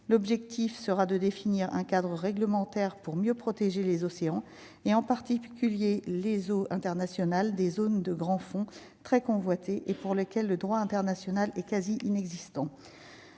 l'objectif sera de définir un cadre réglementaire pour mieux protéger les océans, et en particulier les eaux internationales, des zones de grands fonds très convoité et pour lequel le droit international est quasi inexistant,